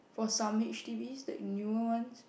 for some H_D_Bs that newer ones